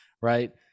right